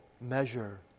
measure